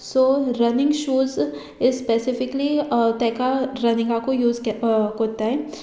so running shoes is specifically ताका रनिंगाकूय use कोत्ताय